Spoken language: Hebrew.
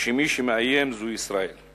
שמי שמאיים זו ישראל,